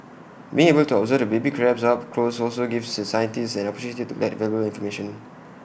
being able to observe the baby crabs up close also gave the scientists the opportunity to collect valuable information